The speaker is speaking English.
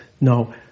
no